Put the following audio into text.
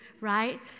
right